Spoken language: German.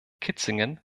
kitzingen